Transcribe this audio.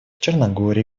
черногории